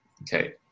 Okay